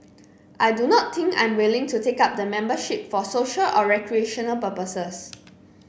I do not think I am willing to take up the membership for social or recreational purposes